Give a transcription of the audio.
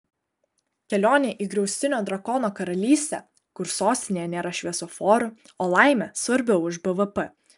kelionė į griaustinio drakono karalystę kur sostinėje nėra šviesoforų o laimė svarbiau už bvp